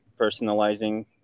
personalizing